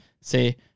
say